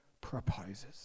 proposes